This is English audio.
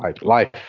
Life